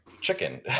chicken